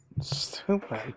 Stupid